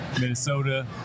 Minnesota